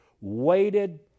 waited